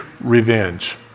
revenge